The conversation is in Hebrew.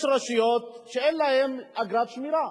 יש רשויות שאין להן אגרת שמירה,